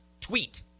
tweet